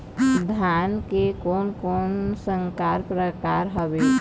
धान के कोन कोन संकर परकार हावे?